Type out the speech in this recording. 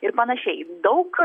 ir panašiai daug